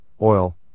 oil